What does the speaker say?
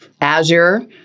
Azure